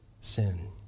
sin